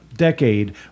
decade